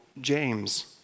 James